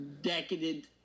decadent